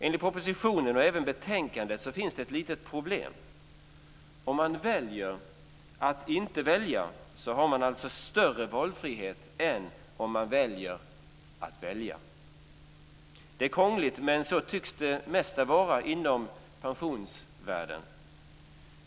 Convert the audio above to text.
Enligt propositionen och även betänkandet finns det ett litet problem. Om man väljer att inte välja har man större valfrihet än om man väljer att välja. Det är krångligt, men så tycks det mesta vara inom pensionsvärlden.